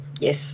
yes